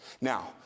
Now